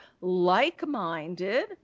like-minded